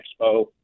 Expo